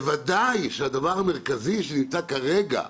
ווודאי שהדבר המרכזי שנמצא כרגע,